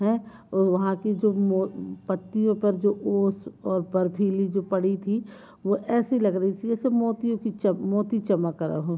है वहाँ की जो पत्तियों पर जो ओस और बर्फ़ीली जो पड़ी थी वो ऐसी लग रही थी जैसे मोतियों की चम मोती चमक रहा हो